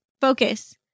Focus